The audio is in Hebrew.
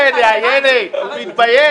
איילת, בבקשה.